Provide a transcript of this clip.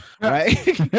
right